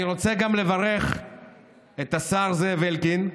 אני רוצה לברך גם את השר זאב אלקין,